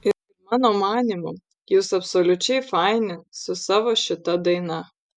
ir mano manymu jūs absoliučiai faini su savo šita daina